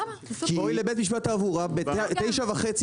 בואי לבית משפט לתעבורה בשעה תשע וחצי